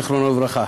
זיכרונו לברכה: